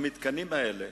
והמתקנים האלה,